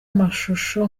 amashusho